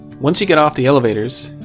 once you get off the elevators,